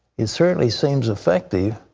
it certainly seems affective,